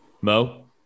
Mo